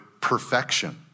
perfection